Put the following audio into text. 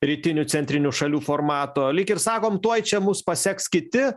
rytinių centrinių šalių formato lyg ir sakom tuoj čia mus paseks kiti